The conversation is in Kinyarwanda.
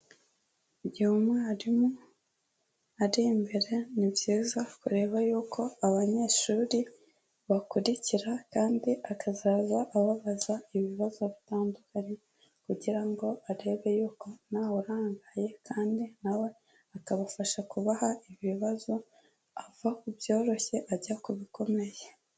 Igihe umwarimu ari imbere, ni byiza kureba yuko abanyeshuri bakurikira kandi akazajya ababaza ibibazo bitandukanye, kugira ngo arebe yuko ntawurangaye kandi nawe akabafasha kubaha ibibazo ava ku byoroshye ajya ku bikomeye.